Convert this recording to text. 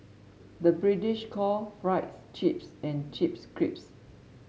the British call fries chips and chips crisps